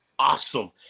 awesome